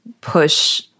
push